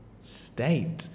state